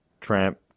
Tramp